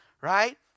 Right